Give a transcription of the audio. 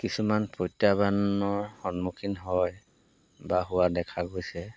কিছুমান প্ৰত্যাহ্বানৰ সন্মুখীন হয় বা হোৱা দেখা গৈছে